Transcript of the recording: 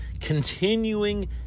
continuing